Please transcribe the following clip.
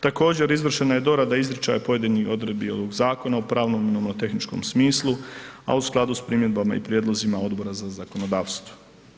Također izvršena je dorada izričaja pojedinih odredbi ovog Zakona o pravno nomotehničkom smislu, a u skladu s primjedbama i prijedlozima Odbora za zakonodavstvo.